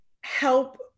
help